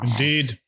Indeed